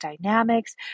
dynamics